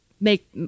make